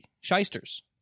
Shysters